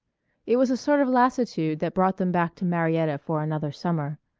it was a sort of lassitude that brought them back to marietta for another summer.